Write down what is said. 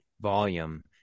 volume